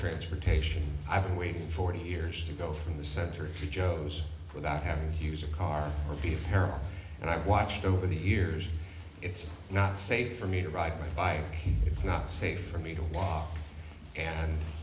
transportation i've been waiting forty years to go from the center to joe's without having to use a car or be here and i've watched over the years it's not safe for me to ride my bike it's not safe for me to walk and